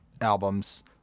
albums